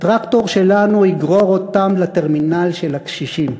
הטרקטור שלנו יגרור אותם לטרמינל של הקשישים.